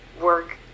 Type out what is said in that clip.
work